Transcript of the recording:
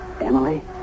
Emily